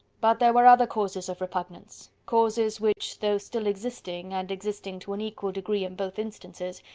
but there were other causes of repugnance causes which, though still existing, and existing to an equal degree in both instances,